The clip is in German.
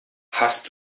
hast